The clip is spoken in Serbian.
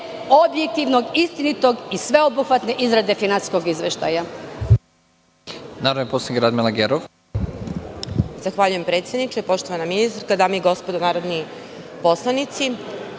objektivne, istinite i sveobuhvatne izrade finansijskog izveštaja.